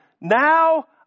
Now